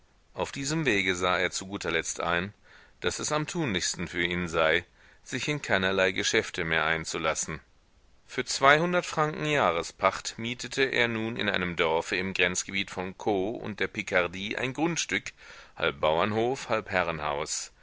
auf diesem wege sah er zu guter letzt ein daß es am tunlichsten für ihn sei sich in keinerlei geschäfte mehr einzulassen für zweihundert franken jahrespacht mietete er nun in einem dorfe im grenzgebiete von caux und der pikardie ein grundstück halb bauernhof halb herrenhaus